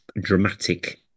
dramatic